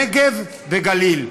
בנגב ובגליל.